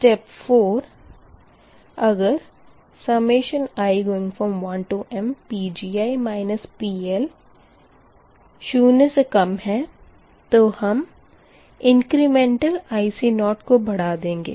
step 4 अगर i1mPgi PL0 तब हम इंक्रिमेंटल IC0 को बढ़ा देंगे